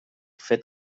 fet